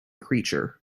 creature